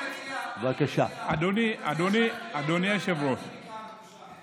אבל אתם מצביעים נגד המון חוקים חברתיים צודקים.